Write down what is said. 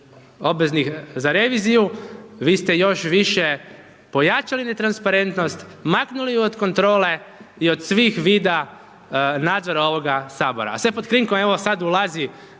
obveznih za reviziju vi ste još više pojačali netransparentnost, maknuli ju od kontrole i od svih vida nadzora ovoga sabora, a sve pod krinkom evo sad ulazi